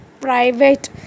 private